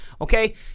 Okay